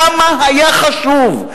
כמה היה חשוב,